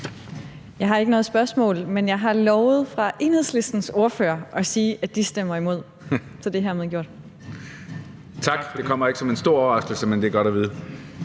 Jeg har ikke noget spørgsmål, men jeg har lovet at sige fra Enhedslistens ordfører, at de stemmer imod. Så det er hermed gjort. Kl. 15:01 Marcus Knuth (KF): Tak. Det kommer ikke som en stor overraskelse, men det er godt at vide.